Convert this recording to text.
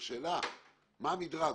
השאלה מה המדרג.